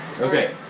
Okay